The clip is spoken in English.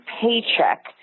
paycheck